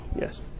Yes